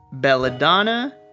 Belladonna